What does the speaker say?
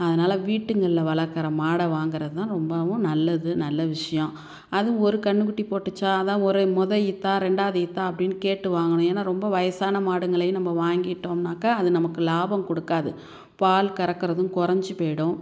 அதனால் வீட்டுங்களில் வளர்க்கிற மாடை வாங்கிறது தான் ரொம்பவும் நல்லது நல்ல விஷயம் அதுவும் ஒரு கன்றுக்குட்டி போட்டுச்சா அதுதான் ஒரு மொதல் ஈத்தா ரெண்டாவது ஈத்தா அப்படின்னு கேட்டு வாங்கணும் ஏன்னால் ரொம்ப வயதான மாடுங்களையும் நம்ம வாங்கிட்டோம்னாக்கால் அது நமக்கு லாபம் கொடுக்காது பால் கறக்கிறதும் குறைஞ்சி போய்விடும்